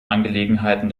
angelegenheiten